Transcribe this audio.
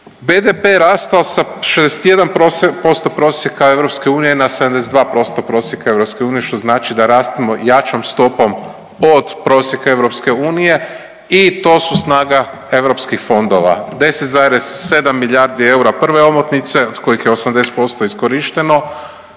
BDP je rastao sa 61% prosjeka EU na 72% prosjeka EU, što znači da rastemo jačom stopom od prosjeka EU i to su snaga europskih fondova, 10,7 milijardi eura prve omotnice, od kojih je 80% iskorišteno.